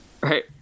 Right